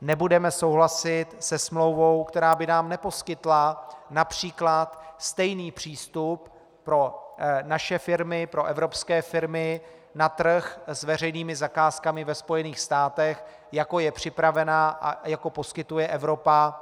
Nebudeme souhlasit se smlouvou, která by nám neposkytla například stejný přístup pro naše firmy, pro evropské firmy na trh s veřejnými zakázkami ve Spojených státech, jako je připravena a jako poskytuje Evropa